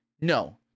No